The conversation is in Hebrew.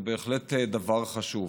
זה בהחלט דבר חשוב.